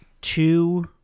two